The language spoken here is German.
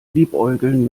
liebäugeln